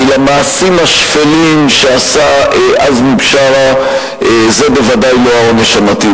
כי למעשים השפלים שעשה עזמי בשארה זה בוודאי לא העונש המתאים.